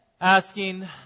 asking